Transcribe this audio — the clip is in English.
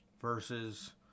versus